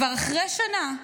כבר אחרי שנה,